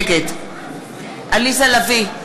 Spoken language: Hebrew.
נגד עליזה לביא,